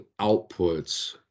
outputs